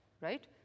right